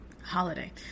Holiday